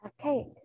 Okay